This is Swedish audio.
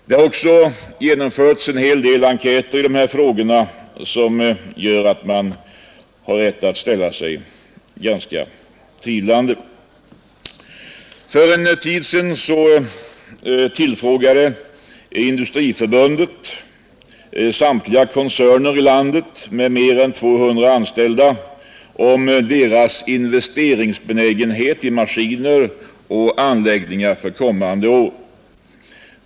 Det har också genomförts en hel del enkäter i dessa frågor som visar att man har rätt att ställa sig ganska tvivlande. För en tid sedan tillfrågade Industriförbundet samtliga koncerner i landet med mer än 200 anställda om deras investeringsbenägenhet för kommande år vad beträffar maskiner och anläggningar.